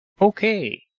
okay